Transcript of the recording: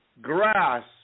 grass